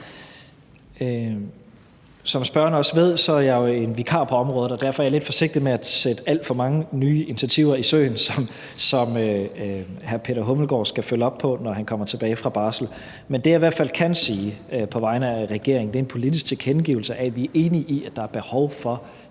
Som spørgeren også ved, er jeg jo vikar på området, og derfor er jeg lidt forsigtig med at sætte alt for mange nye initiativer i søen, som hr. Peter Hummelgaard skal følge op på, når han kommer tilbage fra barsel. Men det, som jeg i hvert fald kan give på vegne af regeringen, er en politisk tilkendegivelse af, at vi er enige i, at der er behov for